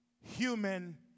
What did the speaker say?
human